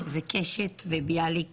שזה קשת וביאליק